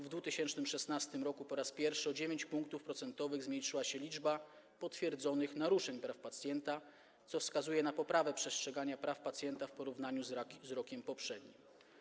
W 2016 r. po raz pierwszy o 9 punktów procentowych zmniejszyła się liczba potwierdzonych naruszeń praw pacjenta, co wskazuje na poprawę przestrzegania prawa pacjenta w porównaniu z rokiem poprzednim.